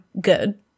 good